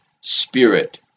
Spirit